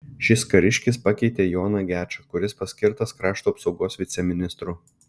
šis kariškis pakeitė joną gečą kuris paskirtas krašto apsaugos viceministru